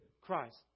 Christ